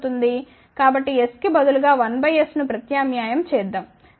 కాబట్టి s కి బదులుగా 1 బై s ను ప్రత్యామ్నాయం చేద్దాం